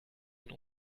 ein